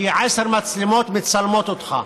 כי עשר מצלמות מצלמות אותך.